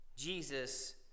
Jesus